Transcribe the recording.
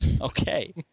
okay